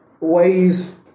ways